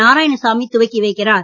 நாராயணசாமி துவக்கி வைக்கிறார்